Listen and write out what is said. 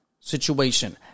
situation